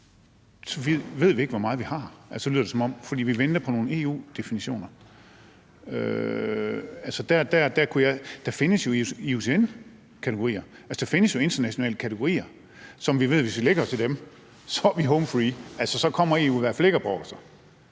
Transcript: som om vi ikke ved, hvor meget vi har? Er det, fordi vi venter på nogle EU-definitioner? Der findes jo IUCN-kategorier. Altså, der findes jo internationale kategorier, og vi ved, at hvis vi lægger os efter dem, så er vi home free, og så kommer EU i hvert fald ikke og